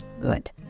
Good